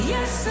Yes